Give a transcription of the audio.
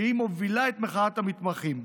שהיא מובילה את מחאת המתמחים.